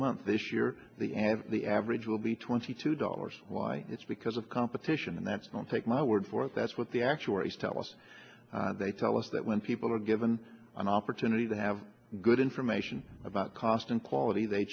month this year the and the average will be twenty two dollars why it's because of competition that's don't take my word for it that's what the actuaries tell us and they tell us that when people are given an opportunity to have good information about cost and quality they